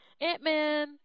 Ant-Man